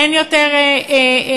אין יותר צהרונים,